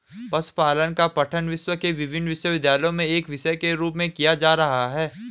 पशुपालन का पठन विश्व के विभिन्न विश्वविद्यालयों में एक विषय के रूप में किया जा रहा है